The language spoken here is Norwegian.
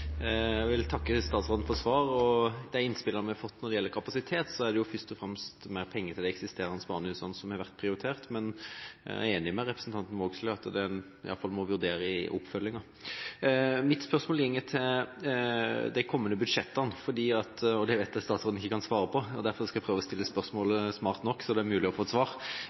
Jeg vil takke statsråden for svaret. Når det gjelder de innspillene vi har fått om kapasitet, er det først og fremst mer penger til de eksisterende barnehusene som har vært prioritert, men jeg er enig med representanten Vågslid i at det i alle fall er noe en må vurdere i oppfølginga. Mitt spørsmål går på de kommende budsjettene. Det vet jeg at statsråden ikke kan svare på, derfor skal jeg prøve å stille spørsmålet smart nok, sånn at det er mulig å få et svar.